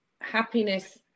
happiness